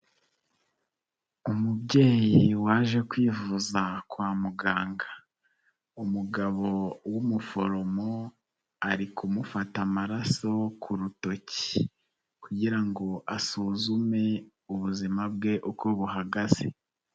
Umubyeyi waje kwivuza kwa muganga, umugabo w'umuforomo ari kumufata amaraso ku rutoki kugira ngo asuzume ubuzima bwe uko buhagaze.